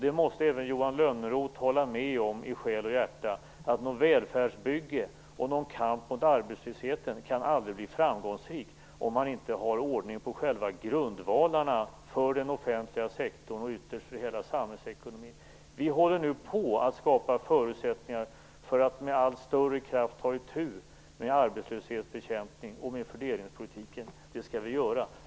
Det måste även Johan Lönnroth i själ och hjärta hålla med om att något välfärdsbygge och någon kamp mot arbetslösheten aldrig kan bli framgångsrik om man inte har ordning på själva grundvalarna för den offentliga sektorn och ytterst för hela samhällsekonomin. Vi håller nu på att skapa förutsättningar för att med allt större kraft ta itu med arbetslöshetsbekämpningen och med fördelningspolitiken. Det skall vi göra.